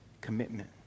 commitment